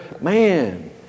man